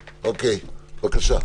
בבקשה.